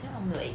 then I'm like